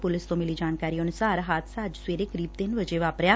police ਤੋਂ ਮਿਲੀ ਜਾਣਕਾਰੀ ਅਨੁਸਾਰ ਹਾਦਸਾ ਅੱਜ ਸਵੇਰੇ ਕਰੀਬ ਤਿੰਨ ਵਜੇ ਵਾਪਰਿਆ